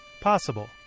possible